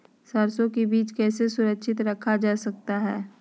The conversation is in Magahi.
सरसो के बीज कैसे सुरक्षित रखा जा सकता है?